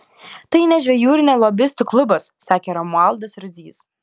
tai ne žvejų ir ne lobistų klubas sakė romualdas rudzys